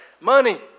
money